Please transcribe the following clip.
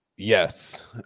Yes